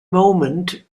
moment